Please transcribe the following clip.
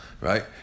right